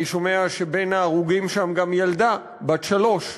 אני שומע שבין ההרוגים שם ילדה בת שלוש.